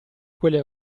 quelle